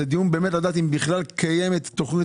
זה דיון כדי לדעת האם בכלל קיימת תכנית